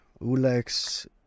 ulex